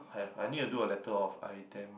have I need to do a letter of idem~